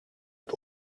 het